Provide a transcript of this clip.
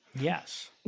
Yes